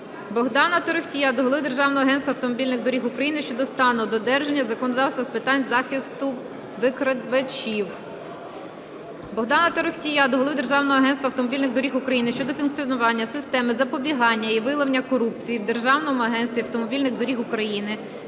Богдана Торохтія до голови Державного агентства автомобільних доріг України щодо стану додержання законодавства з питань захисту викривачів. Богдана Торохтія до голови Державного агентства автомобільних доріг України щодо функціонування системи запобігання і виявлення корупції в Державному агентстві автомобільних доріг України